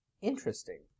Interesting